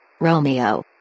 Romeo